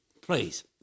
please